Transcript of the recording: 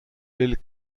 del